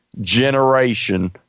generation